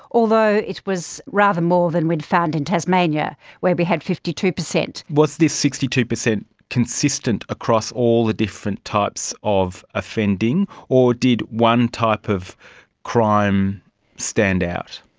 although it was rather more than and we had found in tasmania where we had fifty two percent. was this sixty two percent consistent across all the different types of offending, or did one type of crime stand out?